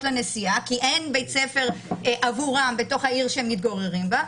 לנסיעה כי אין בית ספר עבורם בתוך העיר שהם מתגוררים בה,